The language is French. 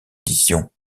éditions